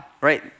right